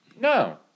no